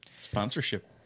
Sponsorship